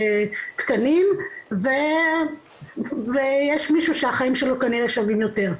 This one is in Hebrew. וקטנים ויש מישהו שהחיים שלו כנראה שווים יותר.